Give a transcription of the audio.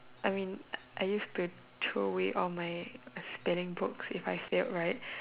I mean I I used to throw away all my spelling books if I failed right